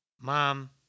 Mom